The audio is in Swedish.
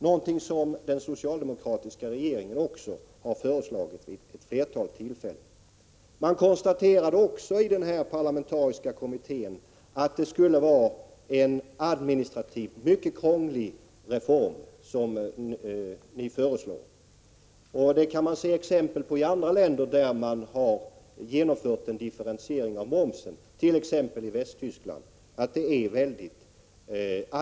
Det är också vad den socialdemokratiska regeringen har föreslagit vid ett flertal tillfällen. Man konstaterade också i den parlamentariska kommittén att den reform vpk föreslår är mycket krånglig att administrera. Det kan man se exempel på i andra länder där man har genomfört en differentiering av momsen, t.ex. i Västtyskland.